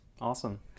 Awesome